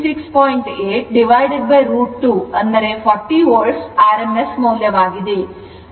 8 √ 2 ಅದು 40 volt ಆಗುತ್ತದೆಇದು rms ಮೌಲ್ಯವಾಗಿದೆ